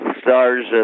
stars